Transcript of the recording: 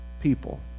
people